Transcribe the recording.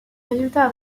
résultats